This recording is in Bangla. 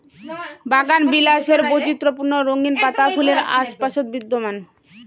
বাগানবিলাসের বৈচিত্র্যপূর্ণ রঙিন পাতা ফুলের আশপাশত বিদ্যমান